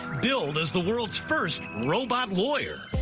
billed as the world's first robot lawyer.